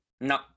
No